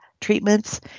treatments